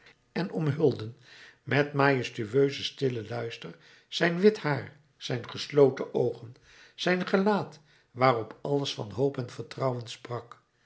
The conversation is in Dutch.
en omhulden met majestueuzen stillen luister zijn wit haar zijn gesloten oogen zijn gelaat waarop alles van hoop en vertrouwen sprak